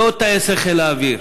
לא טייסי חיל האוויר,